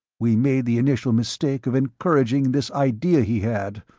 we made the initial mistake of encouraging this idea he had,